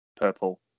purple